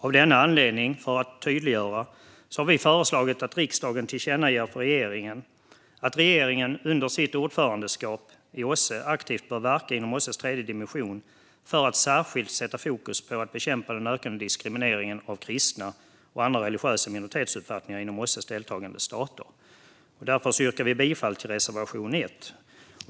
Av denna anledning, för att tydliggöra, har vi föreslagit att riksdagen tillkännager för regeringen att regeringen under sitt ordförandeskap i OSSE aktivt bör verka inom OSSE:s tredje dimension för att sätta särskilt fokus på att bekämpa den ökande diskrimineringen av kristna och andra religiösa minoritetstrosuppfattningar inom OSSE:s deltagande stater. Därför yrkar vi bifall till reservation 1.